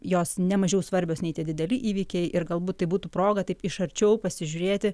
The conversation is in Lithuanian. jos nemažiau svarbios nei tie dideli įvykiai ir galbūt tai būtų proga taip iš arčiau pasižiūrėti